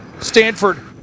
Stanford